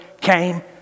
came